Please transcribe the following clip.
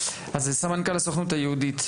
אז סמנכ"ל הסוכנות היהודית,